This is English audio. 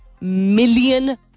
million